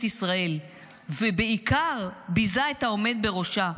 ישראל ובעיקר ביזה את העומד בראשה.